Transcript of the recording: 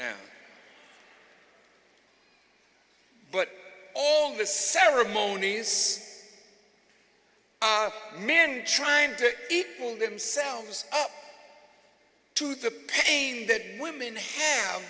now but all the ceremonies men trying to equal themselves up to the pain that women have